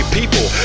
people